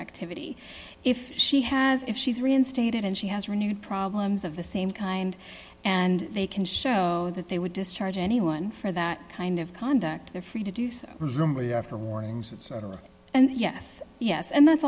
activity if she has if she's reinstated and she has renewed problems of the same kind and they can show that they would discharge anyone for that kind of conduct they're free to do so room with the warnings and yes yes and that's